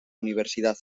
universidad